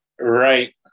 Right